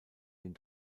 den